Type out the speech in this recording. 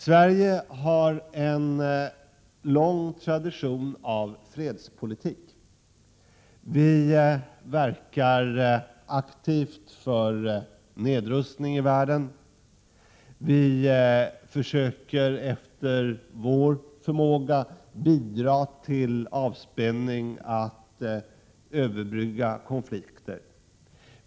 Sverige har en lång tradition av fredspolitik. Vi verkar aktivt för nedrustning i världen. Vi försöker efter vår förmåga bidra till avspänning och till att överbrygga konflikter.